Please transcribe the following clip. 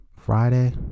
Friday